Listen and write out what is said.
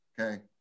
Okay